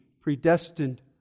predestined